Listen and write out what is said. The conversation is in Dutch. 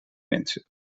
mensen